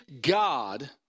God